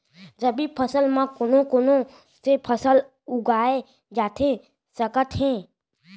रबि फसल म कोन कोन से फसल उगाए जाथे सकत हे?